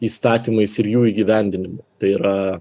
įstatymais ir jų įgyvendinimu tai yra